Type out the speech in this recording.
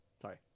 Sorry